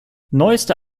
neueste